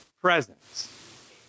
presence